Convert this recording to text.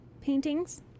paintings